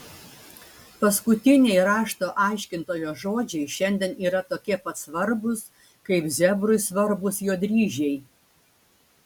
paskutiniai rašto aiškintojo žodžiai šiandien yra tokie pat svarbūs kaip zebrui svarbūs jo dryžiai